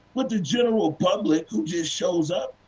but the general public, who just shows up,